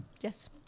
Yes